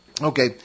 Okay